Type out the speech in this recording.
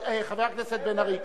חבר הכנסת בן-ארי,